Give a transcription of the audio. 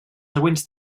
següents